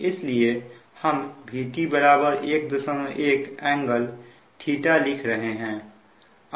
इसलिए हम Vt 11∟θ लिख रहे हैं